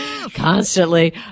constantly